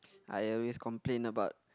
I always complain about